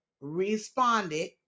responded